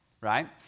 right